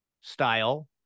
style